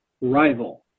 rival